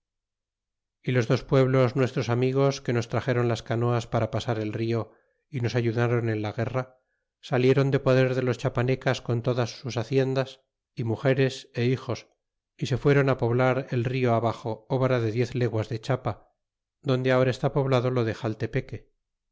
y los dos pueblos nuestros amigos que nos traxéron las canoas para pasar el rio y nos ayudron en la guerra salieron de poder de los chiapanecas con todas sus haciendas mugeres é hijos y se fueron poblar el rio abaxo obra de diez leguas de chiapa donde ahora está poblado lo de xaltepeque